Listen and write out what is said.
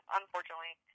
unfortunately